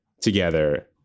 together